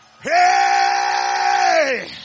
Hey